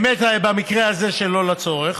באמת במקרה הזה שלא לצורך.